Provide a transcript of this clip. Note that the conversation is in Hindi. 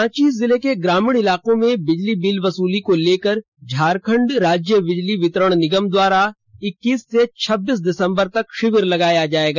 रांची जिले के ग्रामीण इलाकों में बिजली बिल वसूली को लेकर झारखंड राज्य बिजली वितरण निगम द्वारा इक्कीस से छब्बीस दिसंबर तक शिविर लगाया जाएगा